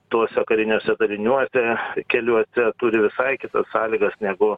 tuose kariniuose daliniuose keliuose turi visai kitas sąlygas negu